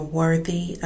worthy